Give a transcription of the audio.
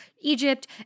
Egypt